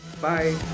bye